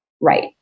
Right